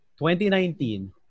2019